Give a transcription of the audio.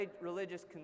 religious